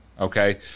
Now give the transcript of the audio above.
Okay